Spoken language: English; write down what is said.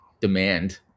demand